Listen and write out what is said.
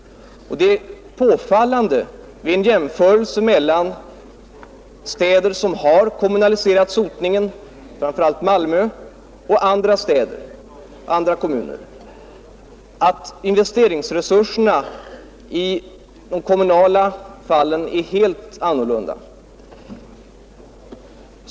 Om man jämför kommuner som har kommunaliserat sotningen, framför allt Malmö, och andra kommuner, är det påfallande att investeringsresurserna är helt andra där sotningen är kommunaliserad.